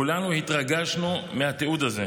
כולנו התרגשנו מהתיעוד הזה,